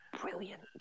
brilliant